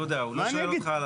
יהודה, הוא לא שואל אותך על